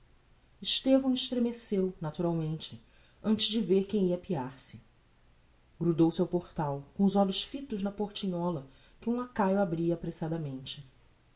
estevão estremeceu naturalmente ante de ver quem ia apear-se grudou se ao portal com os olhos fitos na portinhola que um lacaio abria apressadamente